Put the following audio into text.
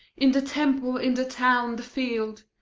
in the temple, in the town, the field,